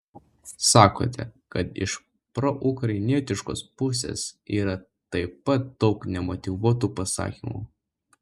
sakote kad iš proukrainietiškos pusės yra taip pat daug nemotyvuotų pasakymų